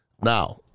Now